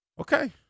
Okay